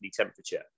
temperature